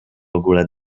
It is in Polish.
ogóle